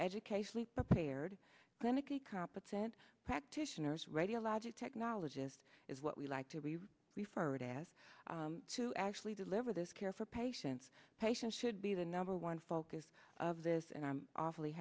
educationally prepared clinically competent practitioners radiologic technologist is what we like to be referred to as to actually deliver this care for patients patients should be the number one focus of this and i'm awfully